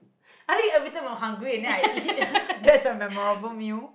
I think every time I'm hungry and then I eat that's a memorable meal